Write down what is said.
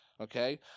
okay